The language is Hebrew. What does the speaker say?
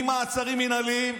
ממעצרים מינהליים,